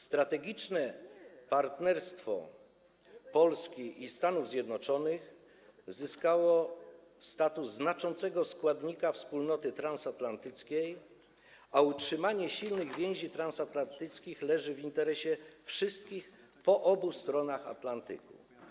Strategiczne partnerstwo Polski i Stanów Zjednoczonych zyskało status znaczącego składnika wspólnoty transatlantyckiej, a utrzymanie silnych więzi transatlantyckich leży w interesie wszystkich po obu stronach Atlantyku.